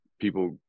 people